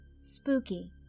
Spooky